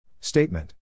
Statement